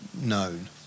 known